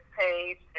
page